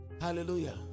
Hallelujah